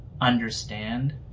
understand